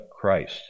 Christ